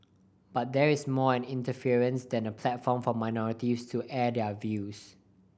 but that is more an inference than a platform for minorities to air their views